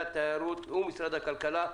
משרד התיירות ומשרד הכלכלה,